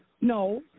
no